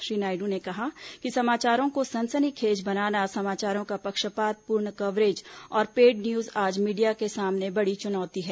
श्री नायडू ने कहा कि समाचारों को सनसनी खेज बनाना समाचारों का पक्षपात पूर्ण कवरेज और पेड न्यूज आज मीडिया के सामने सबसे बड़ी चुनौती है